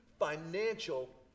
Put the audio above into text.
financial